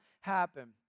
happen